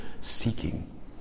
seeking